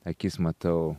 akis matau